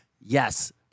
Yes